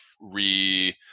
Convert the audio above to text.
re